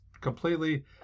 completely